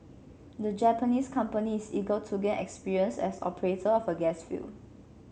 the Japanese company is eager to gain experience as operator of a gas field